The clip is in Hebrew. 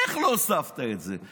איך לא הוספת את זה?